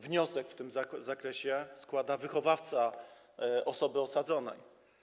Wniosek w tym zakresie składa wychowawca osoby osadzonej.